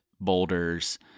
boulders